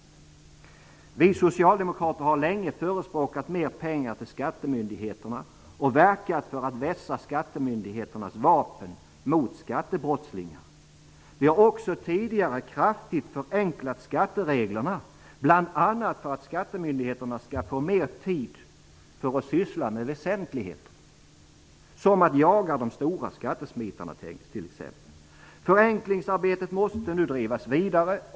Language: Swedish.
Vi socialdemokrater har länge förespråkat mer pengar till skattemyndigheterna och verkat för att vässa skattemyndigheternas vapen mot skattebrottslingar. Vi har också tidigare kraftigt förenklat skattereglerna, bl.a. för att skattemyndigheterna skall få mer tid för att syssla med sådana väsentligheter som att jaga de stora skattesmitarna. Förenklingsarbetet måste nu drivas vidare.